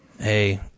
Hey